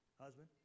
Husband